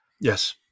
Yes